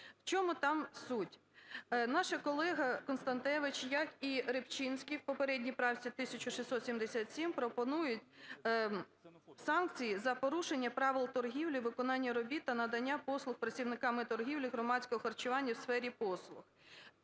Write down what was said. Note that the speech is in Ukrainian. В чому там суть? Наші колеги Констанкевич, як і Рибчинський, в попередній правці 1677 пропонують санкції за порушення правил торгівлі, виконання робіт та надання послуг працівниками торгівлі, громадського харчування та сфери послуг.